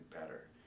better